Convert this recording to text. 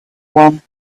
one